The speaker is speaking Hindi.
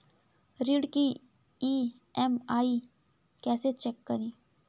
ऋण की ई.एम.आई कैसे चेक करें?